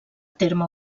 terme